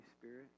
Spirit